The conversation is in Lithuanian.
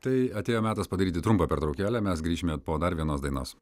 tai atėjo metas padaryti trumpą pertraukėlę mes grįšime po dar vienos dainos